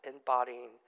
embodying